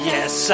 Yes